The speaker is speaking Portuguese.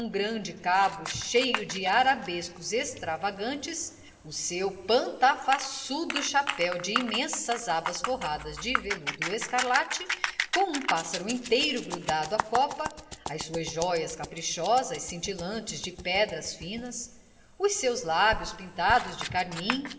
grande cabo cheio de arabescos extravagantes o seu pantafaçudo chapéu de imensas abas forradas de velado escarlate com um pássaro inteiro grudado à copa as suas jóias caprichosas cintilantes de pedras finas os seus lábios pintados de carmim